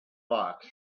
box